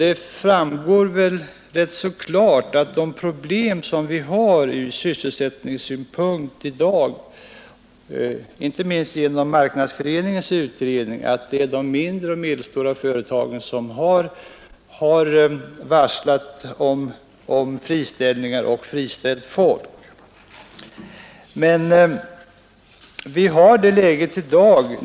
Det framgår väl rätt så klart, inte minst genom Marknadsföreningens utredning om det sysselsättningsproblem vi har i dag, att det är de mindre och medelstora företagen som har varslat om friställningar och som har friställt folk.